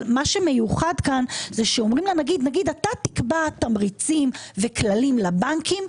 אבל מה שמיוחד כאן זה שאומרים לנגיד אתה תקבע תמריצים וכללים לבנקים,